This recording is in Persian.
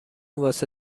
واسه